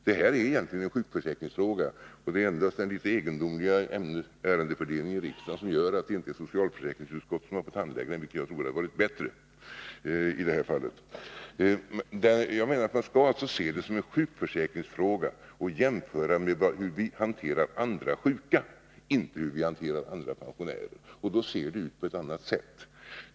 Det här är egentligen en sjukförsäkringsfråga, och det är endast den litet egendomliga ärendefördelningen i riksdagen som gör att det inte är socialförsäkringsutskottet som fått handlägga den — vilket jag tror hade varit bättre. Jag menar alltså att man skall se detta som en sjukförsäkringsfråga och jämföra med hur vi hanterar andra sjuka, inte med hur vi hanterar andra pensionärer. Då ser det ut på ett annat sätt.